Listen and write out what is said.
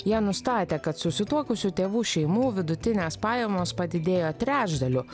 jie nustatė kad susituokusių tėvų šeimų vidutinės pajamos padidėjo trečdaliu